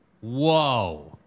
whoa